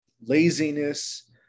laziness